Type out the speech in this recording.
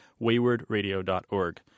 waywardradio.org